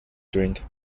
drink